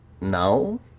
no